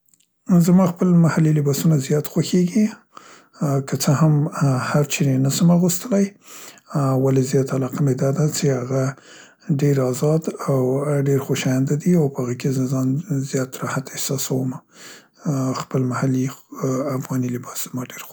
زما خپل محلي لباسونه زیات خوښیګي، که څه هم هر چیرې یې نسم اغوستلی، ا ولې زیاته علاقه مې دا ده څې هغه ډير ازاد او ډير خوشاینده دي او په هغې کې زه ځان زیات راحت احساسومه. خپل محلي خپ افغاني لباس زما ډير خوښ ده.